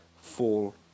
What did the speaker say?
fall